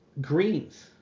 Greens